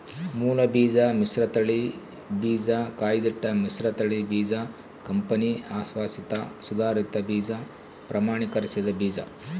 ಮೂಲಬೀಜ ಮಿಶ್ರತಳಿ ಬೀಜ ಕಾಯ್ದಿಟ್ಟ ಮಿಶ್ರತಳಿ ಬೀಜ ಕಂಪನಿ ಅಶ್ವಾಸಿತ ಸುಧಾರಿತ ಬೀಜ ಪ್ರಮಾಣೀಕರಿಸಿದ ಬೀಜ